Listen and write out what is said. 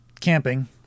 camping